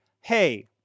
hey